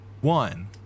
one